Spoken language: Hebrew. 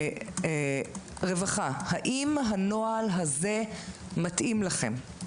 רווחה, האם הנוהל הזה מתאים לכם?